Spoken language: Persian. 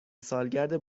سالگرد